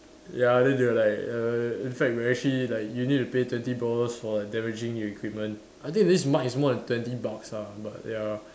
ya then they were like err in fact we're actually like you need to pay twenty dollars for damaging the equipment I think this mic is more than twenty bucks ah but ya